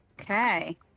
Okay